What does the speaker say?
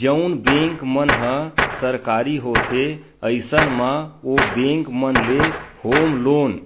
जउन बेंक मन ह सरकारी होथे अइसन म ओ बेंक मन ले होम लोन